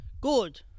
Good